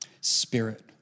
Spirit